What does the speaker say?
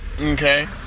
Okay